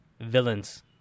villains